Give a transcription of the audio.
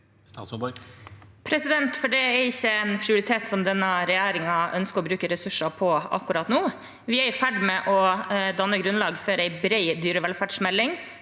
Det er ikke en prioritet som denne regjeringen ønsker å bruke ressurser på akkurat nå. Vi er i ferd med å danne grunnlag for en bred dyrevelferdsmelding